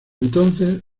entonces